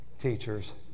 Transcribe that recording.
teachers